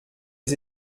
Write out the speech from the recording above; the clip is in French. des